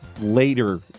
later